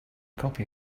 copy